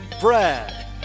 Brad